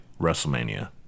WrestleMania